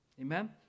Amen